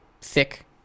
thick